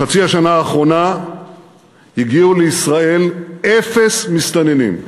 בחצי השנה האחרונה הגיעו לישראל אפס מסתננים.